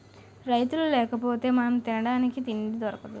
రైతులు లేకపోతె మనం తినడానికి తిండి దొరకదు